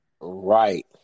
Right